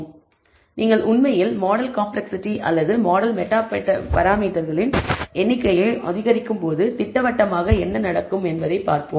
எனவே நீங்கள் உண்மையில் மாடல் காம்ப்ளக்ஸிட்டி அல்லது மாடல் மெட்டா பராமீட்டர்களின் எண்ணிக்கையை அதிகரிக்கும்போது திட்டவட்டமாக என்ன நடக்கும் என்பதைப் பார்ப்போம்